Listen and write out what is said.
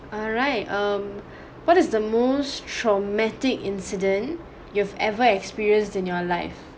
alright um what is the most traumatic incident you've ever experienced in your life